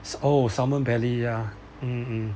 it's oh salmon belly ya um um